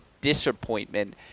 disappointment